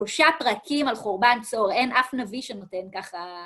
שלושה פרקים על חורבן צור, אין אף נביא שנותן ככה.